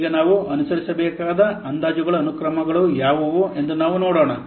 ಈಗ ನಾವು ಅನುಸರಿಸಬೇಕಾದ ಅಂದಾಜುಗಳ ಅನುಕ್ರಮಗಳು ಯಾವುವು ಎಂದು ನಾವು ನೋಡೋಣ